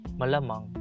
malamang